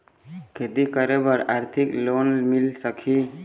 खेती करे बर आरथिक लोन मिल सकही?